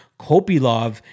Kopilov